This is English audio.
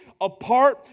apart